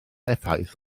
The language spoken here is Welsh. effaith